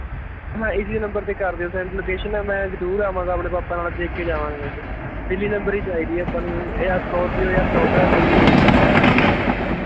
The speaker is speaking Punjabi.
ਹਾਂ ਇਸ ਹੀ ਉਹ ਨੰਬਰ 'ਤੇ ਕਰ ਦਿਓ ਸੈਂਡ ਲੋਕੇਸ਼ਨ ਮੈਂ ਮੈਂ ਜ਼ਰੂਰ ਆਵਾਂਗਾ ਆਪਣੇ ਪਾਪਾ ਨਾਲ਼ ਦੇਖ ਕੇ ਜਾਵਾਂਗਾ ਗੱਡੀ ਦਿੱਲੀ ਨੰਬਰ ਹੀ ਚਾਹੀਦੀ ਹੈ ਆਪਾਂ ਨੂੰ ਜਾਂ ਸਕੌਰਪਿਊ ਜਾਂ ਸਕੋਡਾ ਕੋਈ ਵੀ